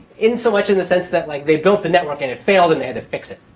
in so much in the sense that like they built the network and it failed and they had to fix it.